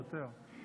יותר.